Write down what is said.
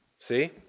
See